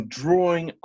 drawing